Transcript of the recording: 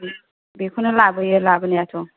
बेखौनो लाबोयो लाबोनायाथ'